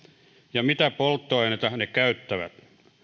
ja mitä polttoainetta ne käyttävät